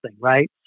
right